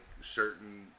certain